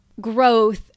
growth